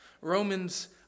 Romans